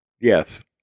Yes